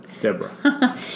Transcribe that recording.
Deborah